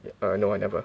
err no I never